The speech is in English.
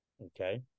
Okay